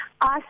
Ask